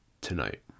tonight